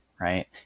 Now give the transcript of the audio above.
Right